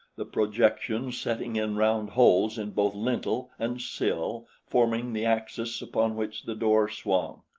the projections setting in round holes in both lintel and sill forming the axis upon which the door swung.